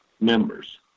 members